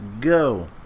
Go